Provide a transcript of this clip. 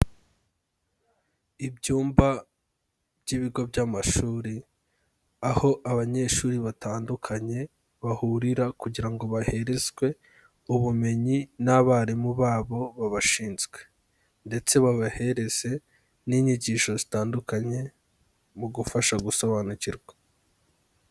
Ibyumba by'ibigo by'amashuri aho abanyeshuri batandukanye bahurira kugira ngo baherezwe ubumenyi n'abarimu babo babashinzwe, ndetse babahereze n'inyigisho zitandukanye mu gufasha gusobanukirwa.